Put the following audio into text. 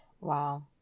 wow